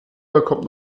bekommt